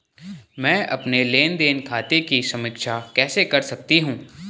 मैं अपने लेन देन खाते की समीक्षा कैसे कर सकती हूं?